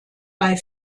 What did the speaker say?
bei